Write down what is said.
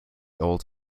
old